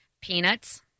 Peanuts